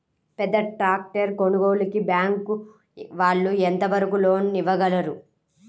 పెద్ద ట్రాక్టర్ కొనుగోలుకి బ్యాంకు వాళ్ళు ఎంత వరకు లోన్ ఇవ్వగలరు?